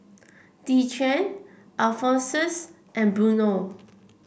Dequan Alphonsus and Bruno